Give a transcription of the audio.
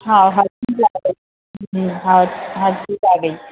ہاں ہر چیز آ گئی ہر چیز آ گئی